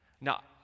Now